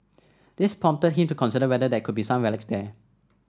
this prompted him to consider whether there could be some relics there